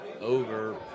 over